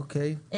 אוקיי.